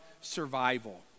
survival